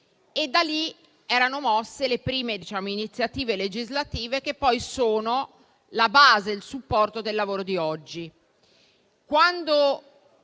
Da lì erano partite le prime iniziative legislative, che poi sono la base e il supporto del lavoro di oggi.